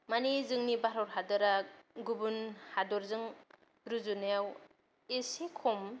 माने जोंनि भारत हादरा गुबुन हादरजों रुजुनायाव एसे खम